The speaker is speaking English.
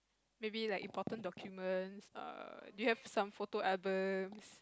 may be like important documents err do you have some photo album